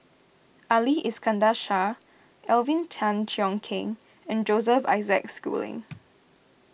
Ali Iskandar Shah Alvin Tan Cheong Kheng and Joseph Isaac Schooling